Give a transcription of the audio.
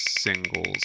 singles